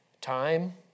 Time